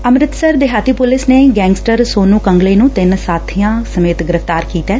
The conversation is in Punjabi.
ਅੰਮ੍ਰਿਤਸਰ ਦੇਹਾਤੀ ਪੁਲਿਸ ਨੇ ਗੈਂਗਸਟਰ ਸੋਨੂੰ ਕੰਗਲਾ ਨੂੰ ਤਿੰਨ ਸਾਬੀਆਂ ਸਮੇਤ ਗ੍ਰਿਫ਼ਤਾਰ ਕੀਤੈ